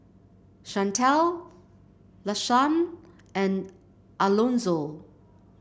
Shantell Lashawn and Alonzo